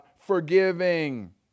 forgiving